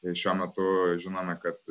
ir šiuo metu žinome kad